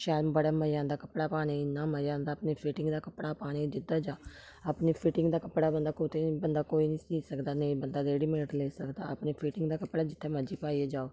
शैल बड़े मजे औंदा कपड़ा पाने गी इन्ना मजा औंदा अपनी फिटिंग दा कपड़ा पाने गी जिद्धर जाओ अपनी फिटिंग दा कपड़ा बंदा कुतै बंदा कोई निं सी सकदा नेईं बंदा रैडीमेड लेई सकदा अपनी फिटिंग दा कपड़ा जित्थै मर्जी पाइयै जाओ